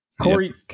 Corey